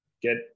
get